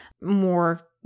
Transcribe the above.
more